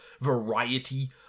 variety